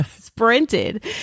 Sprinted